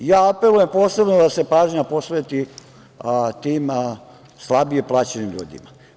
Apelujem posebno da se pažnja posveti tim slabije plaćenim ljudima.